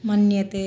मन्यते